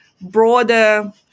broader